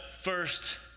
first